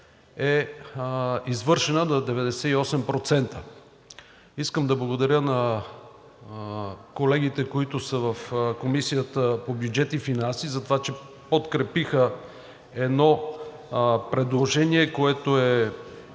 е извършена 98%. Искам да благодаря на колегите, които са в Комисията по бюджет и финанси, за това, че подкрепиха едно предложение, което е